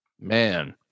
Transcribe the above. Man